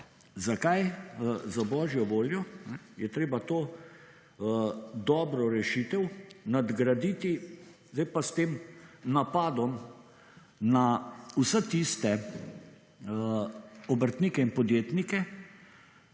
zakaj za božjo voljo, je treba to dobro rešitev nadgraditi zdaj pa s tem napadom na vse tiste obrtnike in podjetnike,